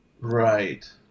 right